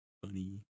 Funny